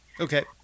Okay